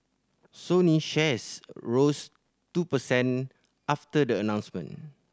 Sony shares rose two percent after the announcement